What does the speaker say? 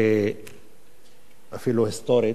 ואפילו היסטורית.